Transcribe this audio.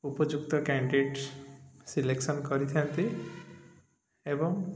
ଉପଯୁକ୍ତ candidate selection କରିଥାନ୍ତି ଏବଂ